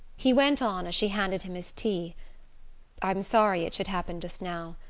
he went on, as she handed him his tea i'm sorry it should happen just now.